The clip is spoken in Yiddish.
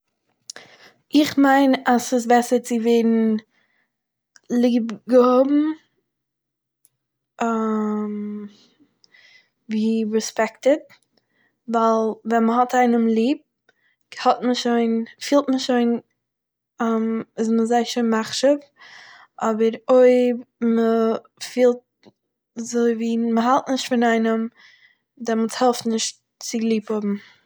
איך מיין אז ס'איז בעסער צו ווערן ליב געהאבן ווי רעספעקטעד ווייל ווען מען האט איינעם ליב האט מען שוין- פילט מען שוין איז מען זיי שוין מחשיב, אבער אויב מ'פילט אזויווי מ'האלט נישט פון איינעם, דעמאלטס העלפט נישט צו ליב האבן